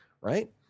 right